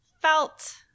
felt